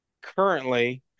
currently